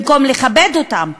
במקום לכבד אותם,